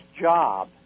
job